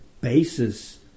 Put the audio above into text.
basis